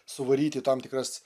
suvaryti į tam tikras